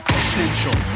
essential